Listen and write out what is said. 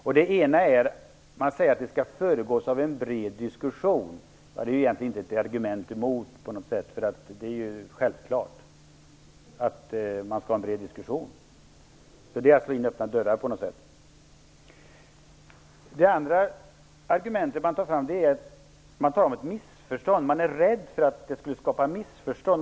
Man säger för det första att en sådan skall föregås av en bred diskussion. Det är egentligen inte något argument emot detta; det är ju självklart att man skall ha en bred diskussion. Det är på något sätt som att slå in öppna dörrar. Det andra argumentet man tar fram är att man är rädd för att detta skulle skapa ett missförstånd.